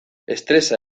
estresa